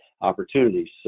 opportunities